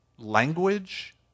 Language